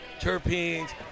terpenes